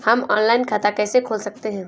हम ऑनलाइन खाता कैसे खोल सकते हैं?